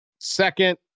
Second